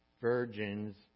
virgins